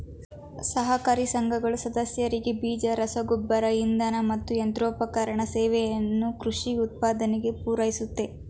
ಸಹಕಾರ ಸಂಘಗಳು ಸದಸ್ಯರಿಗೆ ಬೀಜ ರಸಗೊಬ್ಬರ ಇಂಧನ ಮತ್ತು ಯಂತ್ರೋಪಕರಣ ಸೇವೆಯನ್ನು ಕೃಷಿ ಉತ್ಪಾದನೆಗೆ ಪೂರೈಸುತ್ತೆ